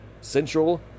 Central